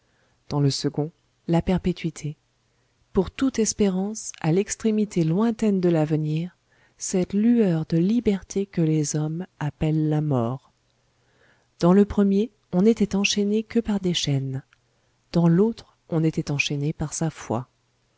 dans le second la perpétuité pour toute espérance à l'extrémité lointaine de l'avenir cette lueur de liberté que les hommes appellent la mort dans le premier on n'était enchaîné que par des chaînes dans l'autre on était enchaîné par sa foi